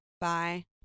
Bye